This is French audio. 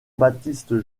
baptiste